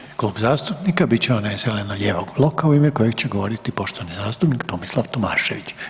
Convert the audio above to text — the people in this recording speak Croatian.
Sljedeći klub zastupnika bit će onaj zeleno-lijevog bloka u ime kojeg će govoriti poštovani zastupnik Tomislav Tomašević.